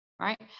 right